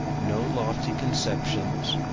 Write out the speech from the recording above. no lofty conceptions,